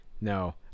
no